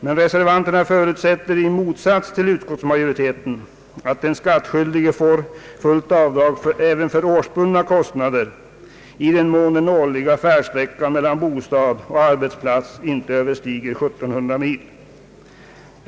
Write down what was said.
Men reservanterna förutsätter också i motsats till utskottsmajoriteten att den skattskyldige får fullt avdrag även för årsbundna kostnader i den mån den årliga färdsträckan mellan bostad och arbetsplats inte överstiger 1 700 mil.